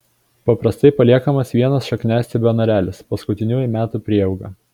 paprastai paliekamas vienas šakniastiebio narelis paskutiniųjų metų prieauga